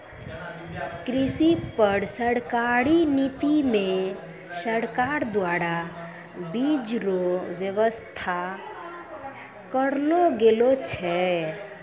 कृषि पर सरकारी नीति मे सरकार द्वारा बीज रो वेवस्था करलो गेलो छै